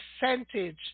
percentage